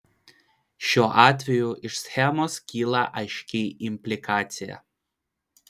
šiuo atveju iš schemos kyla aiški implikacija